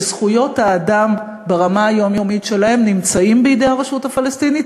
וזכויות האדם ברמה היומיומית שלהם נמצאות בידי הרשות הפלסטינית,